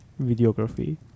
videography